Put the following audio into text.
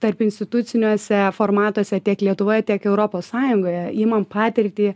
tarpinstituciniuose formatuose tiek lietuvoje tiek europos sąjungoje imam patirtį